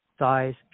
size